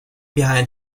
behind